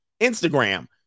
Instagram